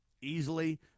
easily